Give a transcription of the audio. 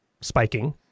spiking